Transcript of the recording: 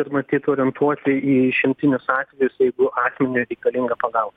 ir matyt orientuoti į išimtinius atvejus jeigu asmeniui reikalinga pagalba